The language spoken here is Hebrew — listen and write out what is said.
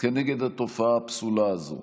כנגד התופעה הפסולה הזאת.